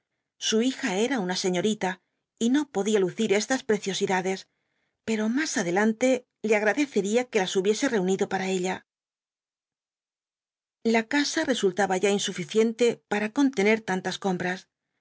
su hija era una señorita y no podía lucir estas preciosidades pero más adelante le agradecería que las hubiese reunido para ella la casa resultaba ya insuficiente para contener tantas compras